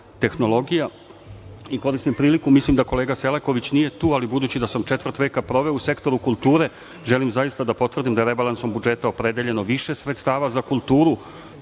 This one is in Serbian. tehnologija. Koristim priliku, mislim da kolega Selaković nije tu, ali budući da sam četvrt veka proveo u sektoru kulture, želim da potvrdim da je rebalansom budžeta opredeljeno više sredstava za kulturu